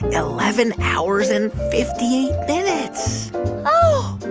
eleven hours and fifty eight minutes oh.